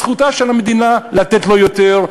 זכותה של המדינה לתת לו יותר,